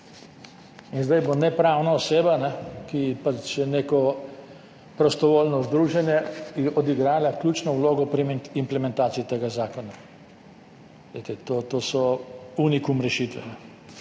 In zdaj bo nepravna oseba, ki pač je neko prostovoljno združenje, odigrala ključno vlogo pri implementaciji tega zakona. Glejte, to so unikum rešitve,